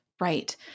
right